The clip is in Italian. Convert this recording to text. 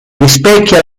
rispecchia